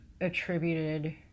attributed